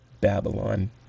Babylon